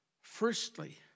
Firstly